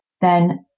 then-